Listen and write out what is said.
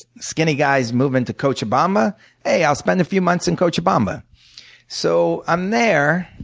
skinny guy is moving to cochabamba hey, i'll spend a few months in cochabamba. so i'm there,